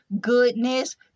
goodness